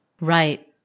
Right